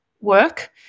work